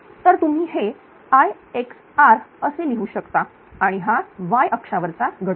तर तुम्ही हे Ixrअसे लिहू शकता आणि हा y अक्षा वरचा घटक